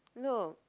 look